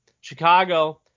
Chicago